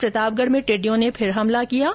प्रतापगढ में टिड्डियों ने फिर हमला किया है